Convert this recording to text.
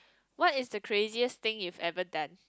what is the craziest thing you've ever done